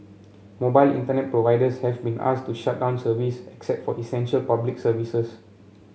mobile Internet providers have been asked to shut down service except for essential Public Services